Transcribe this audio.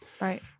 Right